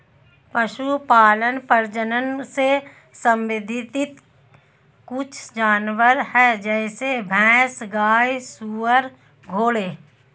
पशुपालन प्रजनन से संबंधित कुछ जानवर है जैसे भैंस, गाय, सुअर, घोड़े